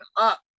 up